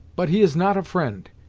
but he is not a friend.